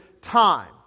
time